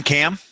Cam